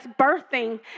Birthing